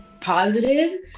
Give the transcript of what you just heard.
positive